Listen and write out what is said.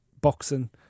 boxing